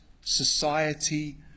society